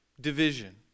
division